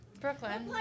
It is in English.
Brooklyn